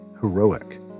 heroic